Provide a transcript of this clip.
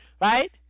right